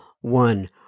one